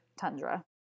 tundra